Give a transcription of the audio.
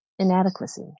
Inadequacy